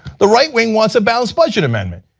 the right-wing once a balanced budget amendment.